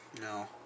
No